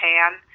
Pan